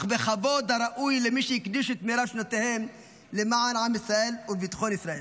אך בכבוד הראוי למי שהקדיש את מרב שנותיו למען עם ישראל וביטחון ישראל.